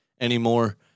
anymore